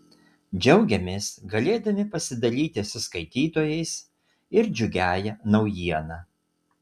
džiaugiamės galėdami pasidalyti su skaitytojais ir džiugiąja naujiena